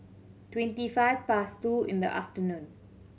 twenty five past two in the afternoon